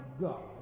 God